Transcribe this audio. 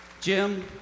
jim